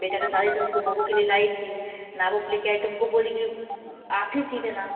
बेटा का शादी था उसकी बहू के लिए लाई थी नाप उप लेके आई तो हमको बोली कि आप ही सी देना